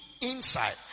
inside